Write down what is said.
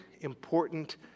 important